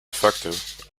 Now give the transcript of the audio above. effective